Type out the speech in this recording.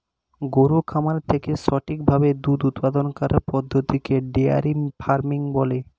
গরুর খামার থেকে সঠিক ভাবে দুধ উপাদান করার পদ্ধতিকে ডেয়ারি ফার্মিং বলে